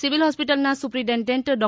civil હોસ્પિટલના superintendent ડૉ